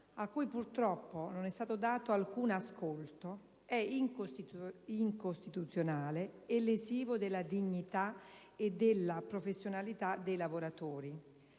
a cui purtroppo non è stato dato alcun ascolto, è incostituzionale e lesivo della dignità e della professionalità dei lavoratori.